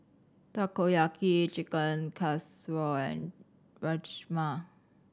Takoyaki Chicken Casserole and Rajma